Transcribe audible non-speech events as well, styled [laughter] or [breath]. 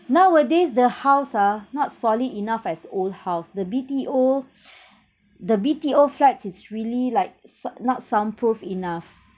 nowadays the house ah not solid enough as old house the B_T_O [breath] the B_T_O flats is really like s~ not sound proof enough